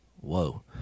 Whoa